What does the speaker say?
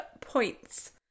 points